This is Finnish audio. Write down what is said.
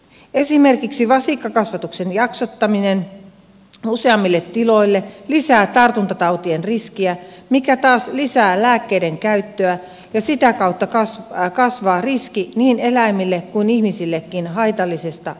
esimerkiksi vasikkakasvatuksen jaksottaminen useammille tiloille lisää tartuntatautien riskiä mikä taas lisää lääkkeiden käyttöä ja sitä kautta kasvaa riski niin eläimille kuin ihmisillekin haitallisesta antibioottiresistenssistä